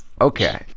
Okay